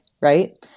right